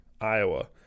Iowa